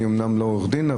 אני אומנם לא עורך דין,